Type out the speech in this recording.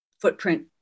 footprint